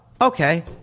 Okay